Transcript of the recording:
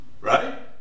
Right